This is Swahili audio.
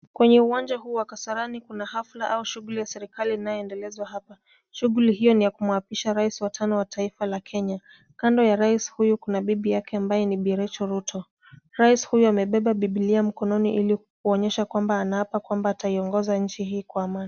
Kwenye uwanja huu wa Kasarani, kuna hafla au shughuli ya serikali inayoendelezwa hapa. Shughuli hiyo ni ya kumwapisha rais wa tano wa taifa la Kenya. Kando ya rais huyo kuna bibi ya ambaye ni Bi Rachael Ruto. Rais huyo amebeba Bibilia mkononi ili kuonyesha kuwa anaapa kwamba ataiongoza nchi hii kwa amani.